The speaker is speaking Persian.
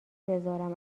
بذارم